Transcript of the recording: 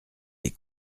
les